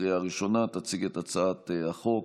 שישה קולות בעד, אין